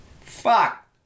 Fuck